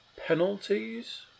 penalties